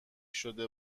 شده